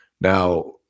Now